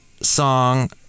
song